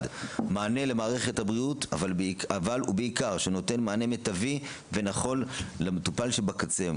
מענה למערכת הבריאות ומענה מיטבי ונכון למטופל שבקצה,